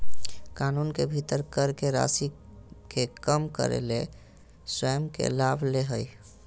कानून के भीतर कर के राशि के कम करे ले स्वयं के लाभ ले हइ